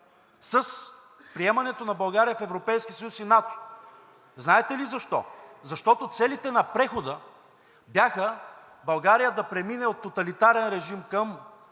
с приемането на България в Европейския съюз и НАТО. Знаете ли защо? Защото целите на прехода бяха България да премине от тоталитарен режим към